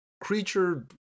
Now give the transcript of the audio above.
creature